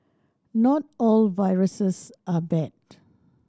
not all viruses are bad